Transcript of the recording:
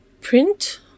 print